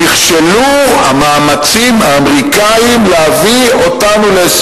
"נכשלו המאמצים האמריקניים להביא אותנו ל-"